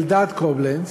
אלדד קובלנץ,